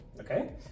okay